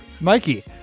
Mikey